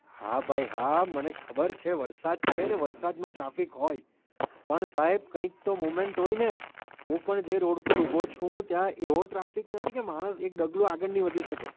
હા ભાઈ હા મને ખબર છે વરસાદ છે ને વરસાદમાં ટ્રાફિક હોય પણ સાહેબ કંઇક તો મુમેન્ટ હોય ને હું પણ જે રોળ પર ઊભો છું ત્યાં એવો ટ્રાફિક નથી કે માણસ એક ડગલું આગળ ન વધી શકે